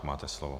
Máte slovo.